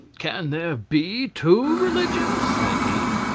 can there be two religions? said he.